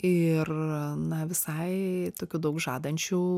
ir na visai tokių daug žadančių